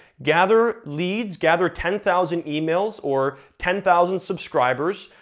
gather leads, gather ten thousand emails, or ten thousand subscribers.